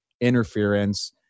interference